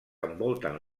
envolten